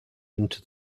into